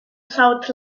south